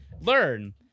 learn